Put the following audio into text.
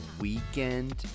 weekend